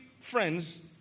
friends